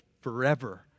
forever